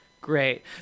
great